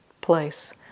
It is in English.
place